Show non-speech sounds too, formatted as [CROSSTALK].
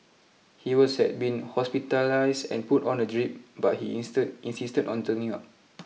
he was had been hospitalised and put on a drip but he [UNINTELLIGIBLE] insisted on turning up